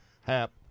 hap